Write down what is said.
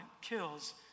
kills